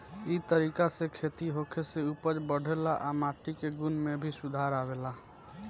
ए तरीका से खेती होखे से उपज बढ़ेला आ माटी के गुण में भी सुधार आवेला